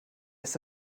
ist